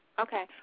Okay